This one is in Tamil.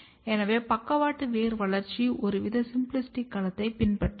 எனவே பக்கவாட்டு வேர் வளர்ச்சி ஒருவித சிம்பிளாஸ்டிக் களத்தைப் பின்பற்றலாம்